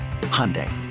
Hyundai